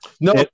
no